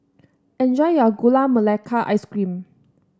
enjoy your Gula Melaka Ice Cream